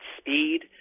speed